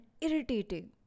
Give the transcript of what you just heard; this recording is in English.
irritating